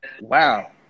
wow